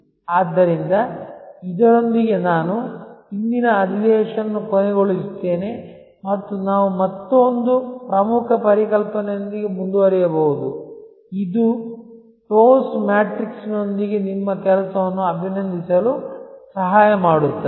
ಆದ್ದರಿಂದ ಇದರೊಂದಿಗೆ ನಾನು ಇಂದಿನ ಅಧಿವೇಶನವನ್ನು ಕೊನೆಗೊಳಿಸುತ್ತೇನೆ ಮತ್ತು ನಾವು ಮತ್ತೊಂದು ಪ್ರಮುಖ ಪರಿಕಲ್ಪನೆಯೊಂದಿಗೆ ಮುಂದುವರಿಯಬಹುದು ಇದು TOWS ಮ್ಯಾಟ್ರಿಕ್ಸ್ನೊಂದಿಗೆ ನಿಮ್ಮ ಕೆಲಸವನ್ನು ಅಭಿನಂದಿಸಲು ಸಹಾಯ ಮಾಡುತ್ತದೆ